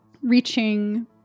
reaching